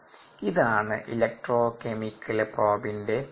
ഇതാണ് ഇലക്ട്രോകെമിക്കൽ പ്രോബിന്റെ തത്ത്വം